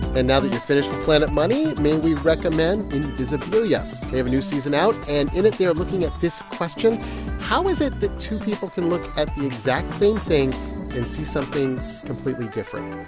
and now that you're finished with planet money, may we recommend invisibilia? they have a new season out. and in it, they are looking at this question how is it that two people can look at the exact same thing and see something completely different?